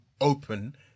open